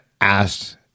asked